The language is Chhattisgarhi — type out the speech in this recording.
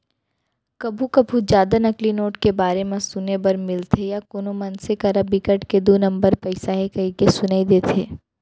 कभू कभू जादा नकली नोट के बारे म सुने बर मिलथे या कोनो मनसे करा बिकट के दू नंबर पइसा हे कहिके सुनई देथे